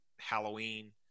Halloween